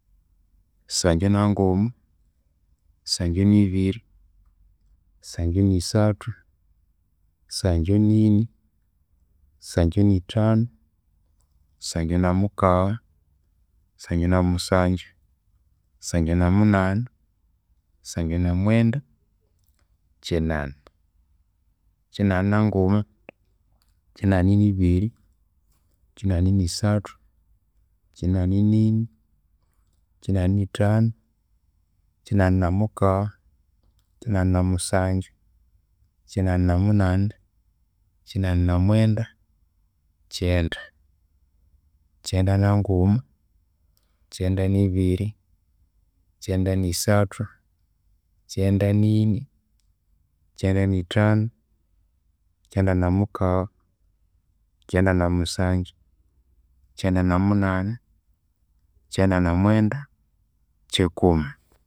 Sanju nanguma, sanju nibiri, sanju nisathu, sanju nini, sanju nithanu, sanju namukagha, sanju namusanju, sanju namunani, sanju namwenda, kyinani, kyinani naguma, kyinani nibiri, kyinani nisathu, kyinani nini, kyinani nithanu, kyinani namukagha, kyinani namusanju, kyinani namunani, kyinani namwenda, kyenda, kyenda nanguma, kyenda nibiri, kyenda nisathu, kyenda nisathu, kyenda nini, kyenda nithanu, kyenda namukagha, kyenda namunani, kyenda namwenda, kyikumi.